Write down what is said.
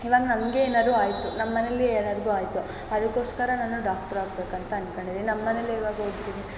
ಇವಾಗ ನನಗೆ ಏನಾದ್ರು ಆಯಿತು ನಮ್ಮ ಮನೇಲ್ಲಿ ಏನಾದರೂ ಆಯಿತು ಅದಕ್ಕೋಸ್ಕರ ನಾನು ಡಾಕ್ಟ್ರ್ ಆಗ್ಬೇಕಂತ ಅನ್ಕೋಂಡಿದೀನಿ ನಮ್ಮ ಮನೇಲೆ ಇವಾಗ ಒಬ್ಬರಿಗೆ